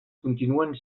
continuen